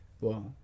Wow